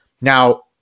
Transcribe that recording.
Now